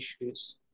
issues